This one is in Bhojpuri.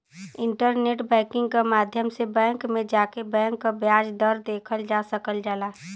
इंटरनेट बैंकिंग क माध्यम से बैंक में जाके बैंक क ब्याज दर देखल जा सकल जाला